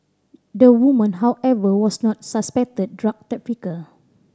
the woman however was not the suspected drug trafficker